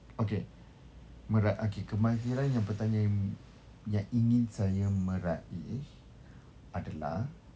okay mera~ okay kemahiran yang pertama yan~ yang ingin saya meraih adalah